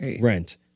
rent